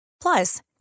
Plus